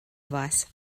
vice